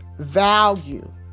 value